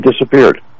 disappeared